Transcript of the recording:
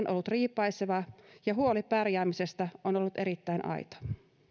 ollut riipaiseva ja huoli pärjäämisestä on ollut erittäin aito